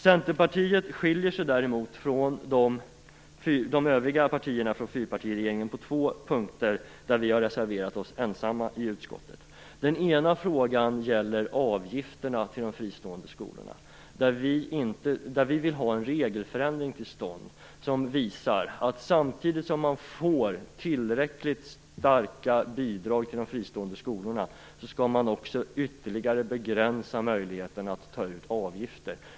Centerpartiet skiljer sig däremot från de övriga partierna från fyrpartiregeringen på två punkter, där vi har reserverat oss ensamma. Den ena frågan gäller avgifterna till de fristående skolorna. Där vill vi ha en regelförändring som går ut på att man ger tillräckligt starka bidrag till de fristående skolorna samtidigt som man ytterligare begränsar möjligheten att ta ut avgifter.